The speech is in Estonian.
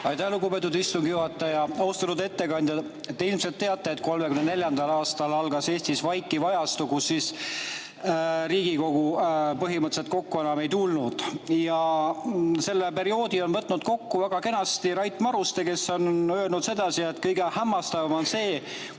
Aitäh, lugupeetud istungi juhataja! Austatud ettekandja! Te ilmselt teate, et 1934. aastal algas Eestis vaikiv ajastu, kus Riigikogu põhimõtteliselt kokku enam ei tulnud. Selle perioodi on võtnud väga kenasti kokku Rait Maruste, kes on öelnud sedasi, et kõige hämmastavam on see,